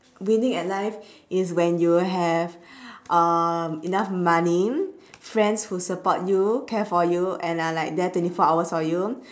winning at life is when you have um enough money friends who support you care for you and are like there twenty four hours for you